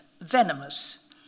venomous